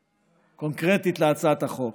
קונקרטית להצעת החוק: